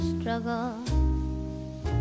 struggle